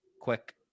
Quick